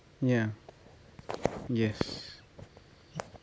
ya yes